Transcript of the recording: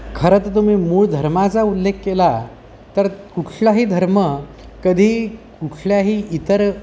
खरंतर तुम्ही मूळ धर्माचा उल्लेख केला तर कुठलाही धर्म कधी कुठल्याही इतर